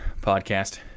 podcast